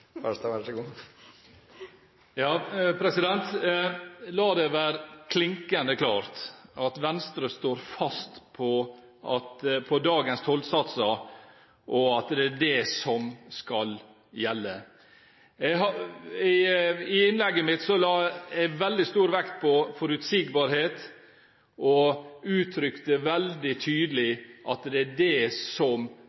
enn på Høyre. La det være klinkende klart at Venstre står fast på dagens tollsatser og på at det er de som skal gjelde. I innlegget mitt la jeg veldig stor vekt på forutsigbarhet og uttrykte veldig